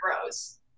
grows